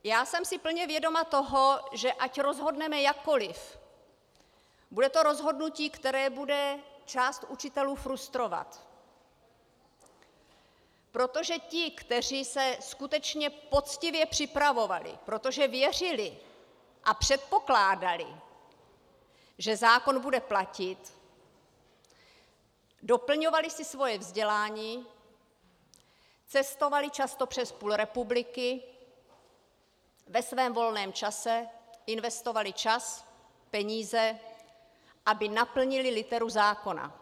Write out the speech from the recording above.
Já jsem si plně vědoma toho, že ať rozhodneme jakkoliv, bude to rozhodnutí, které bude část učitelů frustrovat, protože ti, kteří se skutečně poctivě připravovali, protože věřili a předpokládali, že zákon bude platit, doplňovali si svoje vzdělání, cestovali často přes půl republiky ve svém volném čase, investovali čas, peníze, aby naplnili literu zákona.